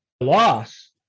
loss